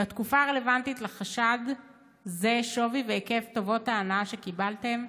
בתקופה הרלוונטית לחשד זה שווי והיקף טובות ההנאה שקיבלתם,